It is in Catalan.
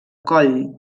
coll